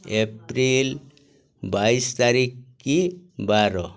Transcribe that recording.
April ବାଇଶି ତାରିଖ କି ବାର